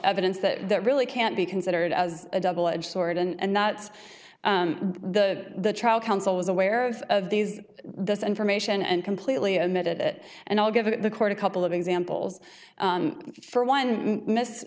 evidence that really can't be considered as a double edged sword and that's the the trial counsel was aware of of these this information and completely admitted it and i'll give it the court a couple of examples for one miss